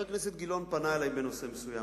חבר הכנסת גילאון פנה אלי בנושא מסוים.